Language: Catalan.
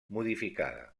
modificada